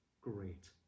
Great